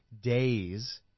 days